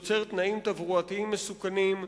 יוצר תנאים תברואתיים מסוכנים,